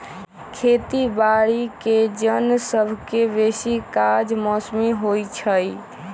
खेती बाड़ीके जन सभके बेशी काज मौसमी होइ छइ